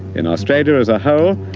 in australia as a whole,